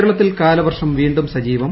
കേരളത്തിൽ കാലവർഷം വീണ്ടും സജീവം